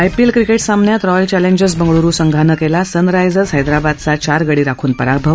IPL cricket सामन्यात Royal Challengers Bengaluru संघानं केला सन रायजर्स हैदराबादचा चार गडी राखून पराभव